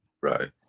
Right